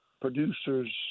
producers